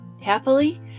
Happily